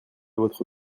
votre